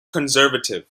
conservative